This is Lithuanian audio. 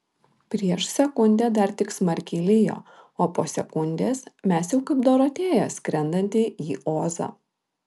prieš sekundę dar tik smarkiai lijo o po sekundės mes jau kaip dorotėja skrendanti į ozą